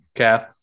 Okay